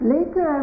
Later